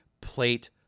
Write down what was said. plate